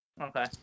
okay